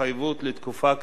בהתחייבות לתקופה קצובה.